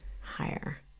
higher